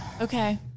Okay